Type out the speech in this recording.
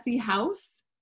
house